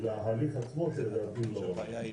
להליך עצמו שלדעתי הוא לא ראוי.